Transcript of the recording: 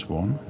one